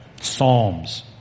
Psalms